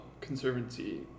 Conservancy